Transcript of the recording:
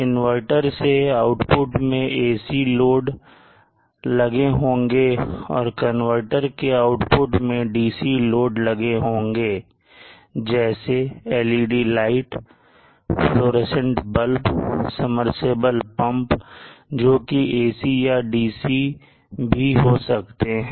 inverter के output में AC load लगे होंगे और कनवर्टर के आउटपुट में DC लोड लगे होंगे जैसे LED light fluorescent bulb submersible pump जोकि AC या DC भी हो सकते हैं